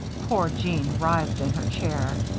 poor jeanne writhed in her chair.